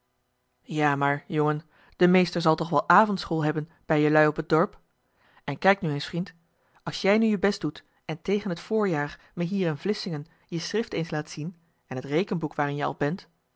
ja maar jongen de meester zal toch wel avondschool hebben bij jelui op t dorp en kijk nu eens vrind als jij nu je best doet en tegen t voorjaar me hier in vlissingen je schrift eens laat zien en het rekenboek waarin je al bent